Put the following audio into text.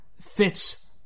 fits